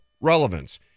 relevance